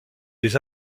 des